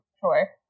sure